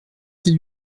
c’est